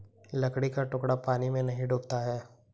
लकड़ी का टुकड़ा पानी में नहीं डूबता है